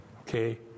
okay